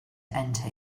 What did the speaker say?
enter